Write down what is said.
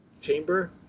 chamber